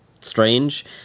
strange